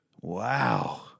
Wow